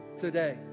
today